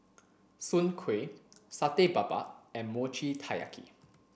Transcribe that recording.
Soon Kway Satay Babat and Mochi Taiyaki